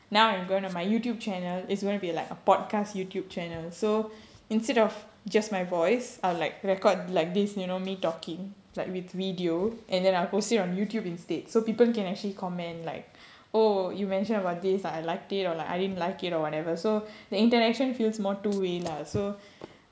now I am going to my YouTube channel it's going to be like a podcast YouTube channel so instead of just my voice I'll like record like this you know me talking like with video and then I'll post it on YouTube instead so people can actually comment like oh you mentioned about this and I liked it or like I didn't like it or whatever so the interaction feels more two way lah so